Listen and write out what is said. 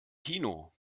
kino